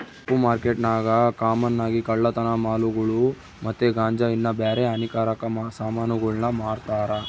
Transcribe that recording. ಕಪ್ಪು ಮಾರ್ಕೆಟ್ನಾಗ ಕಾಮನ್ ಆಗಿ ಕಳ್ಳತನ ಮಾಲುಗುಳು ಮತ್ತೆ ಗಾಂಜಾ ಇನ್ನ ಬ್ಯಾರೆ ಹಾನಿಕಾರಕ ಸಾಮಾನುಗುಳ್ನ ಮಾರ್ತಾರ